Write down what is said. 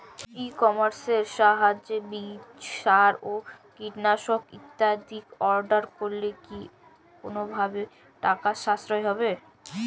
ই কমার্সের সাহায্যে বীজ সার ও কীটনাশক ইত্যাদি অর্ডার করলে কি কোনোভাবে টাকার সাশ্রয় হবে?